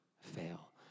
fail